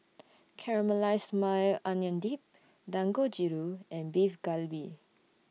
Caramelized Maui Onion Dip Dangojiru and Beef Galbi